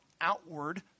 outward